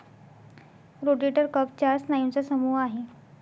rotator cuff चार स्नायूंचा समूह आहे